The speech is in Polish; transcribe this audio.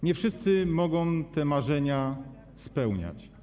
Nie wszyscy mogą te marzenia spełniać.